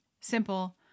simple